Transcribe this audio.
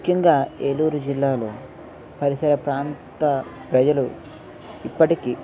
ముఖ్యంగా ఏలూరు జిల్లాలో పరిసర ప్రాంత ప్రజలు ఇప్పటికీ